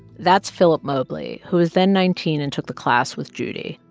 that's philip mobley, who was then nineteen and took the class with judy.